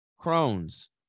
Crohn's